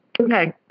Okay